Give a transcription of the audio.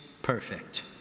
perfect